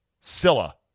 Silla